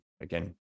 again